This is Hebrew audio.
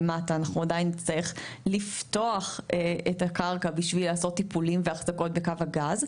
אנחנו עדיין נצטרך לפתוח את הקרקע בשביל לעשות טיפולים והחזקות בקו הגז.